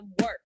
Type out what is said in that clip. work